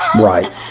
Right